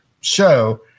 show